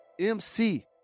MC